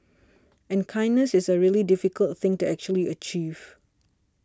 and kindness is a really difficult thing to actually achieve